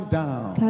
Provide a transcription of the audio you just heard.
down